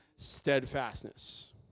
steadfastness